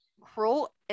Cruel